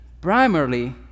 primarily